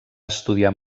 estudiar